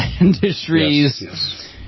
industries